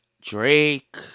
Drake